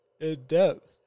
in-depth